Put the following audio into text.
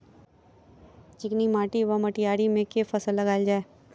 चिकनी माटि वा मटीयारी मे केँ फसल लगाएल जाए?